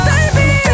Baby